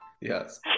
Yes